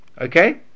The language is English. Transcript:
Okay